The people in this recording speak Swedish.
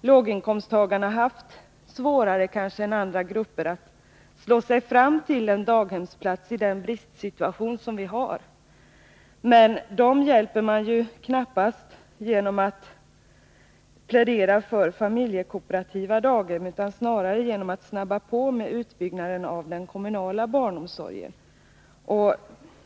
låginkomsttagarna haft svårare än andra grupper att slå sig fram till en daghemsplats i den bristsituation som råder. Men dem hjälper man knappast genom att plädera för familjekooperativa daghem utan snarare genom att påskynda utbyggnaden av den kommunala barnomsorgen.